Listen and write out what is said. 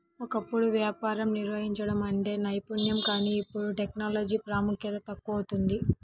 ఒకప్పుడు వ్యాపారం నిర్వహించడం అంటే నైపుణ్యం కానీ ఇప్పుడు టెక్నాలజీకే ప్రాముఖ్యత దక్కుతోంది